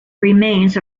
remains